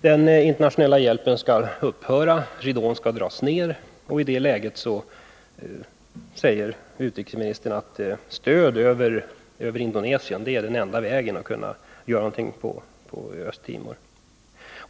Den internationella hjälpen skall upphöra, ridån skall dras ned. I det läget säger utrikesministern att stöd över Indonesien är den enda vägen att kunna göra något för Östtimor.